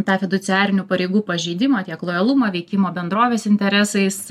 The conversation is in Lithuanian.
tą fiduciarinių pareigų pažeidimą tiek lojalumą veikimą bendrovės interesais